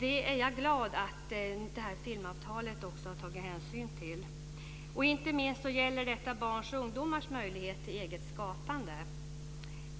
Det är jag glad att filmavtalet också har tagit hänsyn till. Inte minst gäller detta barns och ungdomars möjligheter till eget skapande.